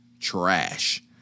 trash